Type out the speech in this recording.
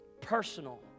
Personal